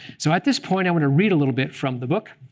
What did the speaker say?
so at this point, i want to read a little bit from the book